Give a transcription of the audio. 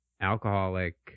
alcoholic